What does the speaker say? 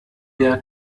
der